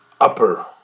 upper